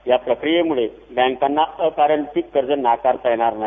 या प्रक्रियेमुळे बँकांना अकारण पीक कर्ज नाकारता येणार नाही